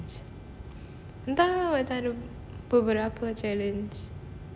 entah macam ada beberapa challenge